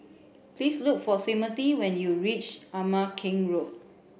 please look for Timmothy when you reach Ama Keng Road